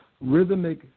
rhythmic